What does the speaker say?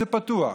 זה פתוח.